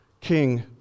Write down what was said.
king